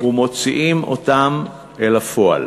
ומוציאים אותן אל הפועל.